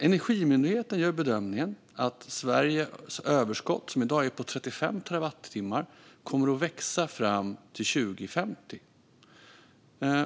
Energimyndigheten gör bedömningen att Sveriges överskott, som i dag är 35 terawattimmar, kommer att växa fram till 2050.